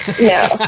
No